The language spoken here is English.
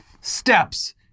steps